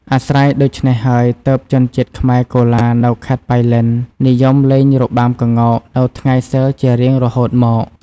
អាស្រ័យដូច្នេះហើយ ទើបជនជាតិខ្មែរកូឡានៅខេត្ដប៉ៃលិននិយមលេងរបាំក្ងោកនៅថ្ងៃសីលជារៀងរហូតមក ។